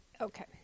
Okay